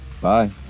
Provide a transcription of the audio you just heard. Bye